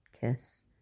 kiss